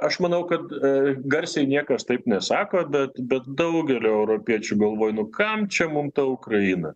aš manau kad a garsiai niekas taip nesako bet bet daugelio europiečių galvoju nu kam čia mum ta ukraina